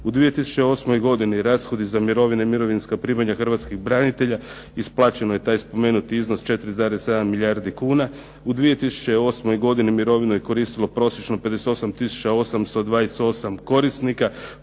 U 2008. godini rashodi za mirovine i mirovinska primanja hrvatskih branitelja isplaćen je taj spomenuti iznos 4,7 milijardi kuna. U 2008. godini mirovinu je koristilo prosječno 58828 korisnika.